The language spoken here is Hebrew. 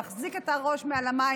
להחזיק את הראש מעל המים,